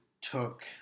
took